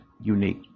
unique